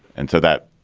and so that.